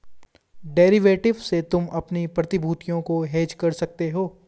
derivative से तुम अपनी प्रतिभूतियों को हेज कर सकते हो